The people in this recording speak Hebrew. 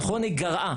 נכון, היא גרעה.